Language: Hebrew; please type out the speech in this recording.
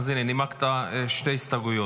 אז הינה, נימקת שתי הסתייגויות.